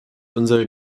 unsere